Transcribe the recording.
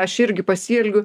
aš irgi pasielgiu